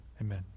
Amen